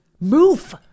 move